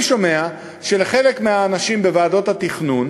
אני שומע שלחלק מהאנשים בוועדות התכנון